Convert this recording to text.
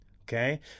okay